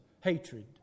hatred